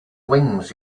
wings